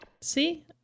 See